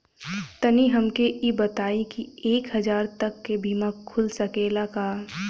तनि हमके इ बताईं की एक हजार तक क बीमा खुल सकेला का?